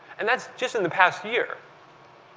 and that's just in the past year.